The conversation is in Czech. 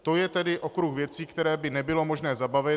To je tedy okruh věcí, které by nebylo možné zabavit.